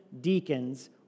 deacons